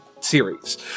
series